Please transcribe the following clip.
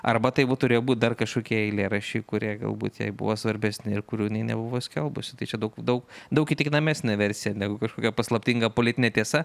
arba tai turėjo būti dar kažkokie eilėraščiai kurie galbūt jai buvo svarbesni ir kurių jinai nebuvo skelbusi tai čia daug daug daug įtikinamesnė versija negu kažkokia paslaptinga politinė tiesa